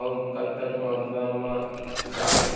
अऊ कतक मात्रा मा दारी?